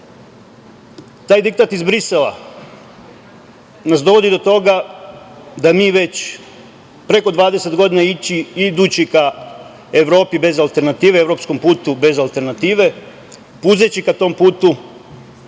Taj diktat iz Brisela nas dovodi do toga da se mi već preko 20 godina idući ka Evropi bez alternative, evropskom putu bez alternative, puzeći ka tom putu